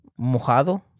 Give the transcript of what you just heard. Mojado